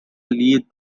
lead